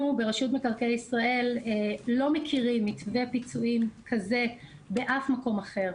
אנחנו ברשות מקרקעי ישראל לא מכירים מתווה פיצויים כזה באף מקום אחר.